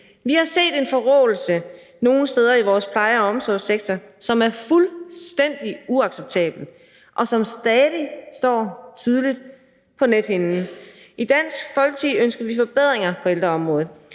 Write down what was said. Vi har set en forråelse nogle steder i vores pleje- og omsorgssektor, som er fuldstændig uacceptabel, og som stadig står tydeligt på nethinden. I Dansk Folkeparti ønsker vi forbedringer på ældreområdet,